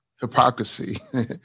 hypocrisy